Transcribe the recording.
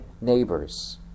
neighbors